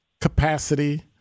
capacity